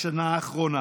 בשנה האחרונה.